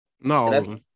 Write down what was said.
No